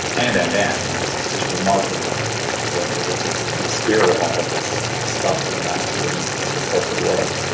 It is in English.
and and and and and, and it's it's just remarkable what the spirit of all this stuff can amount to in sort of the corporate world.